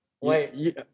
Wait